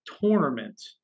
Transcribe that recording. tournament